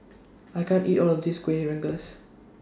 I can't eat All of This Kuih Rengas